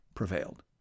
prevailed